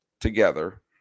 together